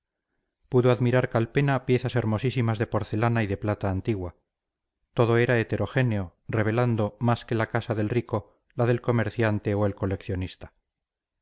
pudo admirar calpena piezas hermosísimas de porcelana y de plata antigua todo era heterogéneo revelando más que la casa del rico la del comerciante o el coleccionista